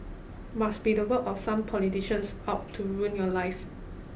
must be the work of some politicians out to ruin your life